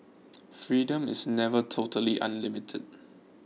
freedom is never totally unlimited